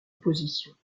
positions